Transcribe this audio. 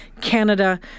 Canada